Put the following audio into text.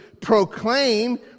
proclaim